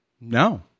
no